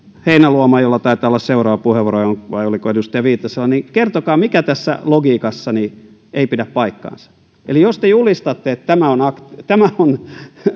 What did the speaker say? heinäluoma jolla taitaa olla seuraava puheenvuoro vai oliko edustaja viitasella kertokaa mikä tässä logiikassani ei pidä paikkaansa jos te julistatte että tämä on tämä on